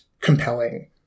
compelling